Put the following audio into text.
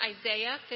Isaiah